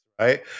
right